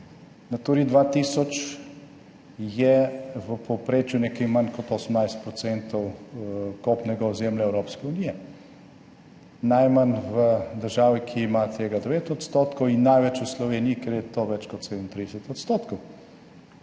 Naturi 2000 je v povprečju nekaj manj kot 18 % kopnega ozemlja Evropske unije. Najmanj v državi, ki ima tega 9 % in največ v Sloveniji, ker je to več kot 37 %.